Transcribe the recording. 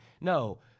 No